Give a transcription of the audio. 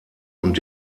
und